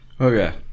okay